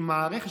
של המערכת,